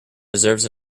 deserves